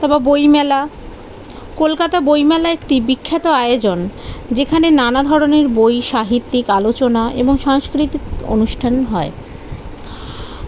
তারপর বইমেলা কলকাতা বইমেলা একটি বিখ্যাত আয়োজন যেখানে নানা ধরনের বই সাহিত্যিক আলোচনা এবং সাংস্কৃতিক অনুষ্ঠান হয়